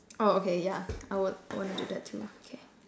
oh okay yeah I would want to do that too okay